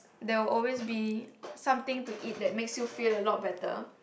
there will always be something to eat that makes you feel a lot better